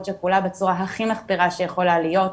שכולה בצורה הכי מחפירה שיכולה להיות,